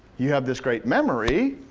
you have this great memory,